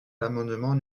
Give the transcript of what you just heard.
l’amendement